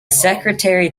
secretary